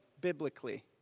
biblically